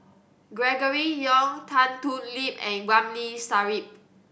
Gregory Yong Tan Thoon Lip and Ramli Sarip